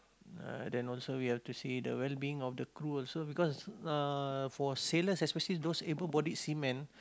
then also we have to see the well-being of the crew also because uh for sailors especially those able bodied seamen